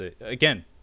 Again